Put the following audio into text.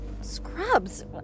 Scrubs